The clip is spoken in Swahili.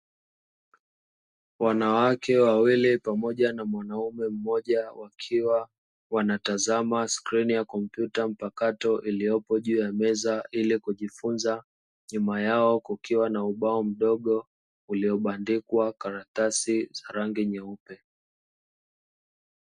Wanawake wawili pamoja na mwanaume mmoja wakiwa wanatazama skrini ya kompyuta mpakato iliyopo juu ua meza ili kujifunza, nyuma yao kukia na ubao mdogo uliobandikwa karatasi nyeupe.